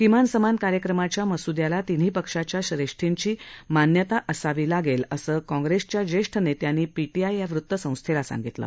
किमान समान कार्यक्रमाच्या मसुदयाला तिन्ही पक्षांच्या श्रेष्ठींची मान्यता असावी लागेल असं काँग्रेसच्या ज्येष्ठ नेत्यांनी पीटीआय या वृत्तसंस्थेला सांगितलं